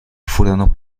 furono